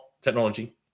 technology